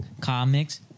comics